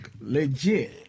legit